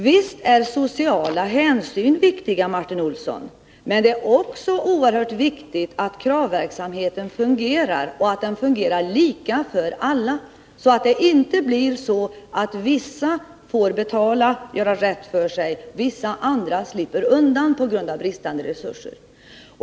Visst är sociala hänsyn viktiga, Martin Olsson, men det är också oerhört viktigt att kravverksamheten fungerar och att den fungerar lika för alla, så att inte vissa får betala och göra rätt för sig, medan vissa andra slipper undan på grund av brist på resurser.